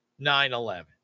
9-11